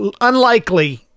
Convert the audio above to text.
unlikely